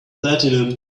platinum